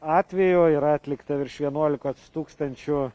atvejų yra atlikta virš vienuolikos tūkstančių